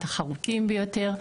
התחרותיים ביותר.